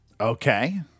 Okay